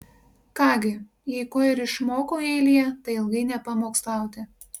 ką gi jei ko ir išmokau jeilyje tai ilgai nepamokslauti